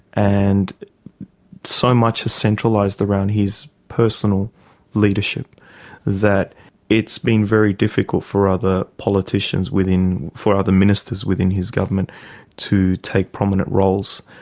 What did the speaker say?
and so much is centralised around his personal leadership that it's been very difficult for other politicians within, for other ministers within his government to take prominent roles,